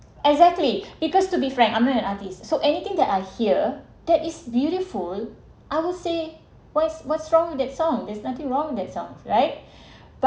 exactly because to be frank I'm not an artist so anything that I hear that is beautiful I will say what's what's wrong that song there's nothing wrong with that sounds right